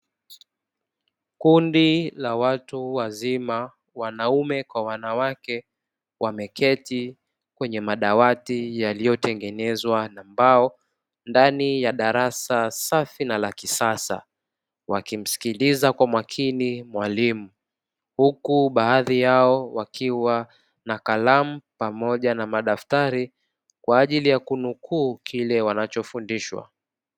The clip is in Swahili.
Kundi la watu wazima, wanaume kwa wanawake, wameketi kwenye madawati yaliyotengenezwa na mbao ndani ya darasa safi na la kisasa, wakimsikiliza kwa mwakini mwalimu, huku baadhi yao wakiwa na kalamu pamoja na madaftari kwa ajili ya kunukuu kile wanachofundishwa.